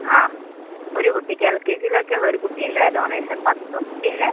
ആ ഒരു കുട്ടിക്ക് എൽ കെ ജിയിലേക്കുള്ള ഒരു കുട്ടീൻ്റെ ഡൊണേഷൻ പത്തും പിന്നെ